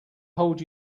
hold